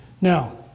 Now